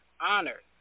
honored